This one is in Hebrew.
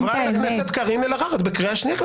חברת הכנסת קארין אלהרר, את בקריאה שנייה.